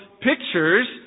pictures